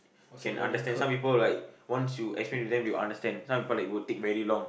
can understand some people like once you actually present they will understand some people like will take very long